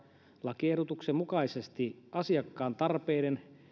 lakiehdotuksen mukaisesti asiakkaan tarpeiden